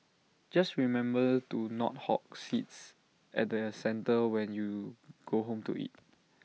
just remember to not hog seats at the centre when you go home to eat